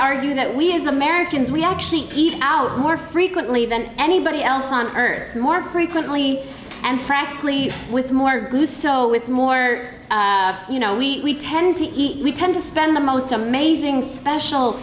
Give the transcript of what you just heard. argue that we as americans we actually eat out more frequently than anybody else on earth more frequently and frankly with more with more you know we tend to eat we tend to spend the most amazing special